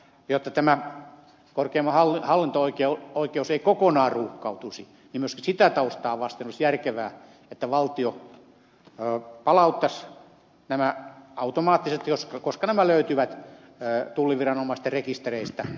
jotta tämä korkein hallinto oikeus ei kokonaan ruuhkaantuisi niin myöskin sitä taustaa vasten olisi järkevää että valtio palauttaisi nämä automaattisesti koska nämä tiedot löytyvät tulliviranomaisten rekistereistä